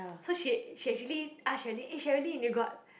so she she actually ask Sherilyn eh Sherilyn you got